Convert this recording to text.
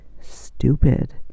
stupid